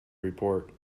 report